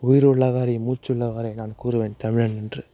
உயிர் உள்ளவரை மூச்சு உள்ளவரை நான் கூறுவேன் தமிழன் என்று